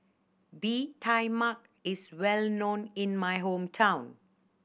Bee Tai Mak is well known in my hometown